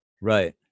Right